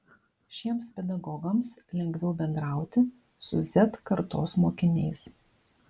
šiems pedagogams lengviau bendrauti su z kartos mokiniais